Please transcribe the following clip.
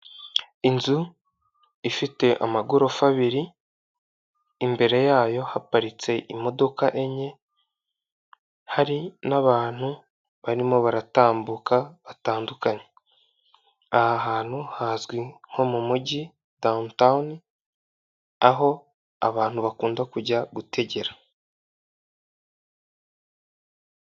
Inzu ifite amagorofa abiri, imbere yayo haparitse imodoka enye, hari n'abantu barimo baratambuka batandukanye. Aha hantu hazwi nko mu mujyi dawuni tawuni aho abantu bakunda kujya gutegera.